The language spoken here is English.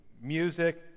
music